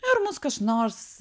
ir mus kas nors